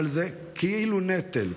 אבל זה כאילו נטל,